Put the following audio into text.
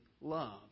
love